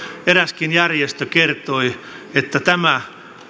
eräskin järjestö kertoi että tämä